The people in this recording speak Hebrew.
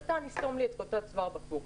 לקהל הזה של עסקים קטנים ומשקי בית במשבר הקורונה.